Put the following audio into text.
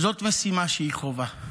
זאת משימה שהיא חובה.